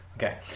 Okay